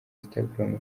instagram